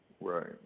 Right